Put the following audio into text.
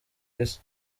isi